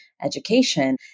education